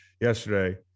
yesterday